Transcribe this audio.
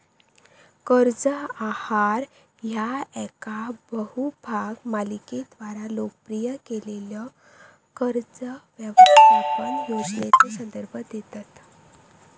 कर्ज आहार ह्या येका बहुभाग मालिकेद्वारा लोकप्रिय केलेल्यो कर्ज व्यवस्थापन योजनेचो संदर्भ देतत